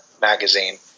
magazine